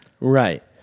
Right